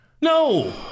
No